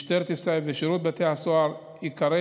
משטרת ישראל ושירות בתי הסוהר עיקרי